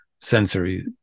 sensory